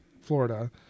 Florida